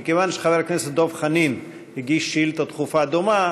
מכיוון שחבר הכנסת דב חנין הגיש שאילתה דחופה דומה,